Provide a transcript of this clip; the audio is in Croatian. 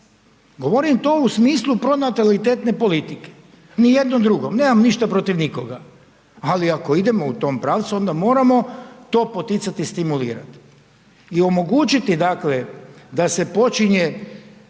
govorim to u smislu pronatalitetne politike, nijedno drugom, nemam ništa protiv nikoga, ali ako idemo u tom pravcu, onda moramo to poticat i stimulirat i omogućiti, dakle, da se počinje